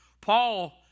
Paul